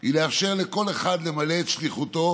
היא לאפשר לכל אחד למלא את שליחותו,